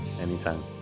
Anytime